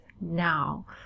now